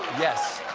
yes.